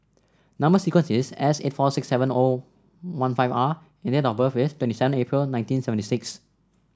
number sequence is S eight four six seven O one five R and date of birth is twenty seven April nineteen seventy six